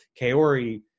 kaori